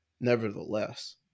nevertheless